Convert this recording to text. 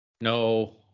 No